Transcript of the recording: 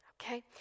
Okay